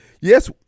yes